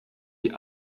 die